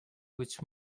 which